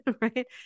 right